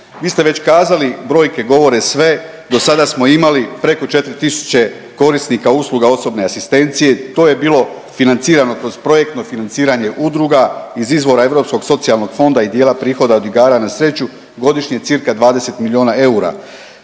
Vi ste već kazali i brojke govore sve, dosada smo imali preko 4 tisuće korisnika usluga osobne asistencije, to je bilo financirano kroz projektno financiranje udruga iz izvora Europskog socijalnog fonda i dijela prihoda od igara na sreću godišnje cca. 20 milijuna eura.